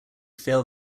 fail